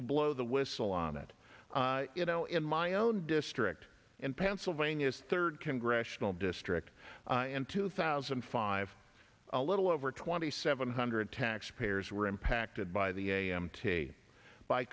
to blow the whistle on that you know in my own district in pennsylvania's third congressional district in two thousand and five a little over twenty seven hundred taxpayers were impacted by the a m t by